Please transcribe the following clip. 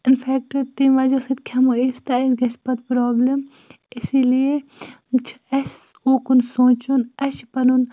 infected تمہِ وَجہ سۭتۍ کھٮ۪مو أسۍ تہٕ اَسہِ گژھِ پَتہٕ پرابلِم اسی لیے چھُ اَسہِ اُکُن سونٛچُن اَسہِ چھُ پَنُن